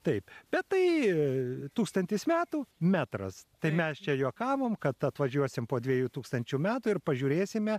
taip bet tai tūkstantis metų metras tai mes čia juokavom kad atvažiuosim po dviejų tūkstančių metų ir pažiūrėsime